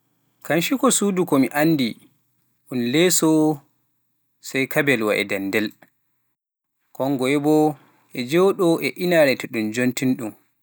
Kanciko suudu ko mi anndi, un leeso, sey kabenwa e danndel, koo ngoye boo, e jooɗoo e inaare to ɗum joontini-ɗum